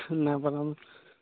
নাই পাতা ন